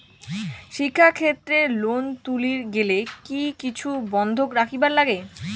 শিক্ষাক্ষেত্রে লোন তুলির গেলে কি কিছু বন্ধক রাখিবার লাগে?